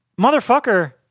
motherfucker